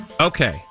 Okay